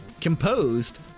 composed